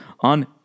on